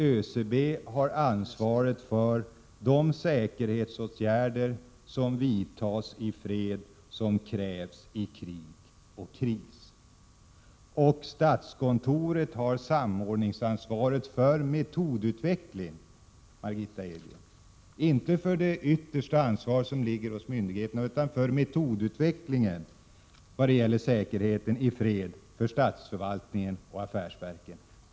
ÖCB har ansvaret för de säkerhetsåtgärder som vidtas i fred och som krävs i krig och kris, och statskontoret har samordningsansvaret för metodutveckling, Margitta Edgren — inte det yttersta ansvaret, som ligger hos myndigheterna, utan för metodutvecklingen när det gäller säkerheten i fred för statsförvaltningen och affärsverken.